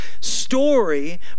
story